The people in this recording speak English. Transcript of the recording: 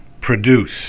produce